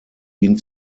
ihn